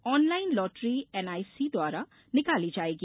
online lottery NIC द्वारा निकाली जायेगी